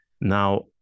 Now